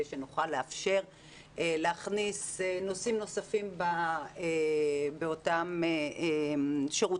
שנוכל לאפשר להכניס נושאים נוספים באותם שירותים.